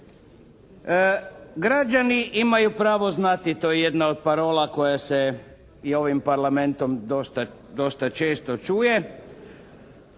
Građani imaju pravo znati to je jedna od parola koja se i ovim Parlamentom dosta često čuje.